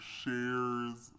shares